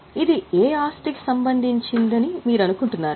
ఇది ఏ ఆస్తికి సంబంధించినదని మీరు అనుకుంటున్నారా